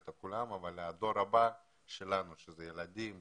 הדור הבא שלנו, שאלה הילדים שלנו,